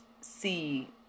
see